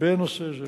בנושא זה.